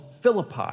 Philippi